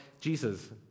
Jesus